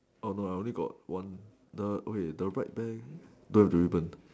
oh no I only got one the okay the right bear don't have ribbon